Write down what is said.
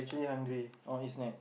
I actually hungry I want to eat snack